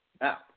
Now